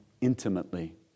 intimately